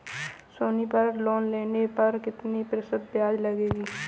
सोनी पर लोन लेने पर कितने प्रतिशत ब्याज दर लगेगी?